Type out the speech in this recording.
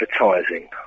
advertising